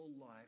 life